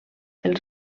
els